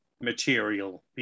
material